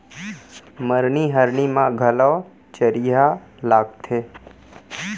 मरनी हरनी म घलौ चरिहा लागथे